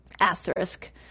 asterisk